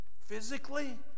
physically